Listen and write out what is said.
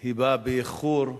היא באה באיחור,